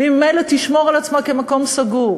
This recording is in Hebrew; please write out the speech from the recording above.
וממילא תשמור על עצמה כמקום סגור.